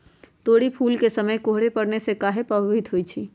तोरी फुल के समय कोहर पड़ने से काहे पभवित होई छई?